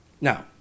Now